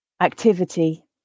Activity